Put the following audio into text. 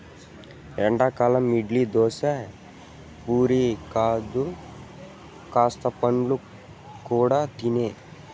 ఎల్లకాలం ఇడ్లీ, దోశ, పూరీలే కాదు కాస్త పండ్లు కూడా తినే